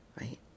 right